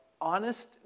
honest